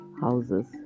houses